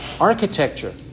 architecture